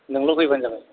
नोंल' फैब्लानो जाबाय